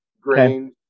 grain